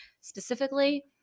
specifically